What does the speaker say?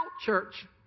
church